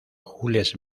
jules